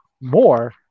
more